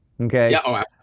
Okay